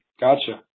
Gotcha